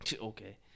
Okay